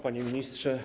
Panie Ministrze!